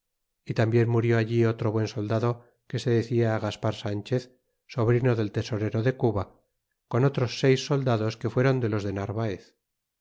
é tarnbien murió allí otro buen soldado que se decía gaspar sanchez sobrino del tesorero de cuba con otros seis soldados que fueron de los de narvaez